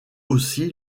aussi